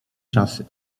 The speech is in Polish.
czasy